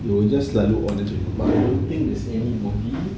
it will just selalu on macam gitu but I don't think there's anybody